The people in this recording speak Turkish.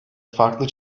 farklı